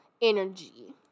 energy